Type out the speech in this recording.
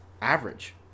average